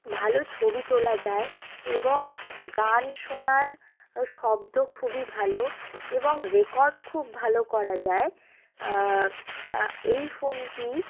ভালো ছবি তোলা যায় এবং গান শোনার শব্দ খুবই ভালো এবং রেকর্ড খুব ভালো করা যায় তা এই ফোনটি